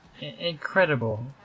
Incredible